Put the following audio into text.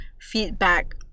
feedback